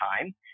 time